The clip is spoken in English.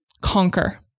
Conquer